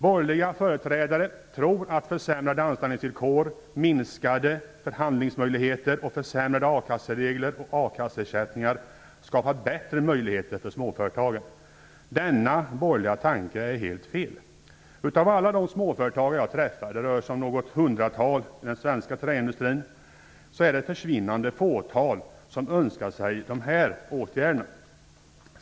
Borgerliga företrädare tror att försämrade anställningsvillkor, minskade förhandlingsmöjligheter och försämrade akasseregler och a-kasseersättningar skapar bättre möjligheter för småföretagen. Denna borgerliga tanke är helt felaktig. Av alla de småföretagare jag träffat - det rör sig om något hundratal inom den svenska träindustrin - är det ett försvinnande fåtal som önskar sig dessa åtgärder.